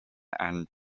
and